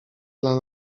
dla